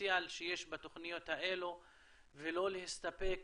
הפוטנציאל שיש בתוכניות האלה ולא להסתפק